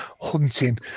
hunting